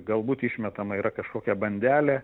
galbūt išmetama yra kažkokia bandelė